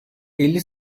elli